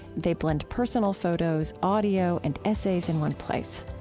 they blend personal photos, audio, and essays in one place.